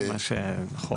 זה מה, נכון.